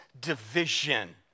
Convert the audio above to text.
division